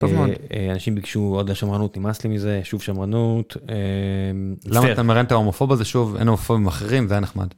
אנשים ביקשו עוד לשמרנות, נמאס לי מזה, שוב שמרנות. למה אתה מראיין את ההומופוב הזה שוב, אין הומופובים אחרים? זה היה נחמד.